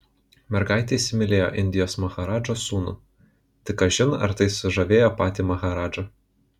mergaitė įsimylėjo indijos maharadžos sūnų tik kažin ar tai sužavėjo patį maharadžą